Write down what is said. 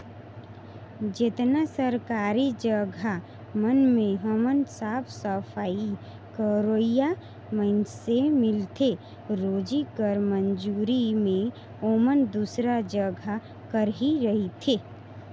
जेतना सरकारी जगहा मन में हमन ल साफ सफई करोइया मइनसे मिलथें रोजी कर मंजूरी में ओमन दूसर जगहा कर ही रहथें